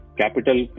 capital